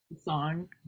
song